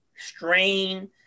strain